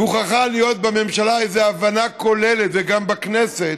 מוכרחה להיות בממשלה איזו הבנה כוללת, וגם בכנסת,